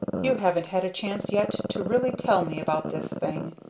you haven't had a chance yet to really tell me about this thing,